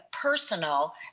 personal